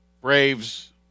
Braves